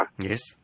Yes